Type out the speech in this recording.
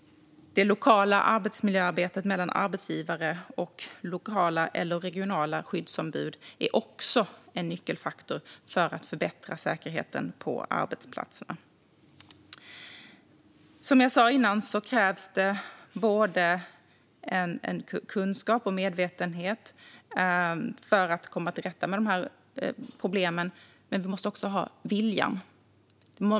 Det lokala arbetsmiljöarbetet mellan arbetsgivare och lokala eller regionala skyddsombud är också en nyckelfaktor för att förbättra säkerheten på arbetsplatser. Som jag sagt tidigare krävs både kunskap och medvetenhet för att komma till rätta med problemen, men det måste också finnas en vilja.